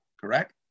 correct